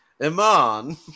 Iman